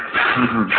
હહ